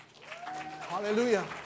Hallelujah